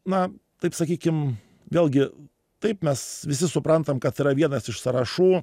na taip sakykim vėlgi taip mes visi suprantam kad yra vienas iš sąrašų